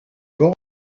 bornes